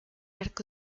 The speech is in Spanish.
arco